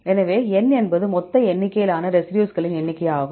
எனவே N என்பது மொத்த எண்ணிக்கையிலான ரெசிடியூஸ்களின் எண்ணிக்கையாகும்